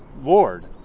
Lord